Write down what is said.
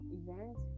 event